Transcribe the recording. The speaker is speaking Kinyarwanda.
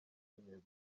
bishimiye